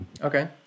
Okay